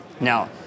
Now